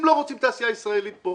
אם לא רוצים תעשייה ישראלית פה,